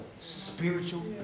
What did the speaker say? Spiritual